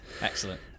excellent